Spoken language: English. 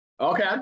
Okay